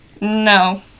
no